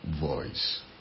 voice